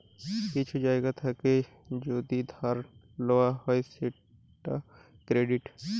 কিছু জায়গা থেকে যদি ধার লওয়া হয় সেটা ক্রেডিট